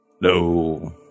No